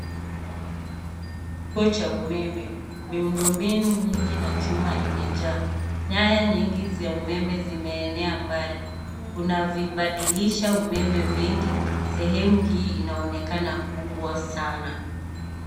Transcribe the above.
Kituo cha umeme. Miundo mbinu mingi na chuma imejaa. Nyaya nyingi za umeme zimeenea mbali. Kuna vibadilisha umeme vingi. Sehemu hii inaonekana kubwa sana.